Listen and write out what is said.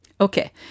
Okay